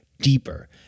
deeper